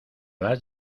vas